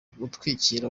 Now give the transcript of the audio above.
gutwikira